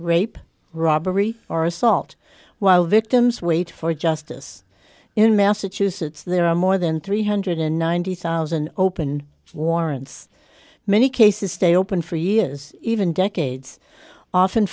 rape robbery or assault while victims wait for justice in massachusetts there are more than three hundred and ninety thousand open warrants many cases stay open for years even decades often